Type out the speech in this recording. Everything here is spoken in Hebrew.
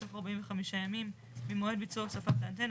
בתוך 45 ימים ממועד ביצוע הוספת האנטנה,